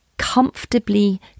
comfortably